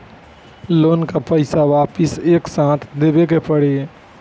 Loan का पईसा वापिस एक साथ देबेके पड़ी?